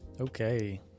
okay